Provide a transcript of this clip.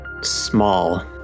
small